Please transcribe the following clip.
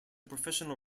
professional